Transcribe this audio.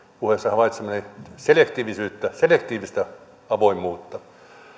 puheessa havaitsevinani selektiivisyyttä selektiivistä avoimuutta